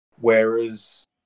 Whereas